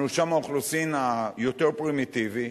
מרשם האוכלוסין היותר פרימיטיבי,